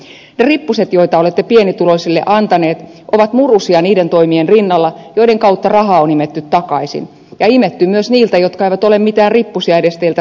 ne rippuset joita olette pienituloisille antaneet ovat murusia niiden toimien rinnalla joiden kautta rahaa on imetty takaisin ja imetty myös niiltä jotka eivät edes ole mitään rippusia teiltä saaneet